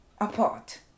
apart